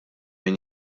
min